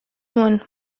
nuen